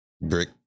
brick